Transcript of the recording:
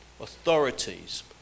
authorities